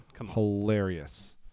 Hilarious